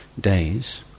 days